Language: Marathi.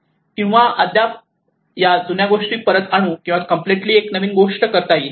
किंवा आपण अद्याप या जुन्या गोष्टी परत आणू किंवा कम्प्लीटली एक नवीन गोष्ट करता येईल